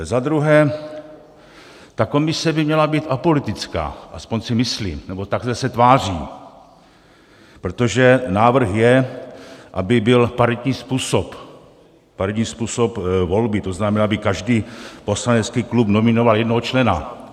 Za druhé, ta komise by měla být apolitická, aspoň si myslím, nebo takhle se tváří, protože návrh je, aby byl paritní způsob, paritní způsob volby, to znamená, aby každý poslanecký klub nominoval jednoho člena.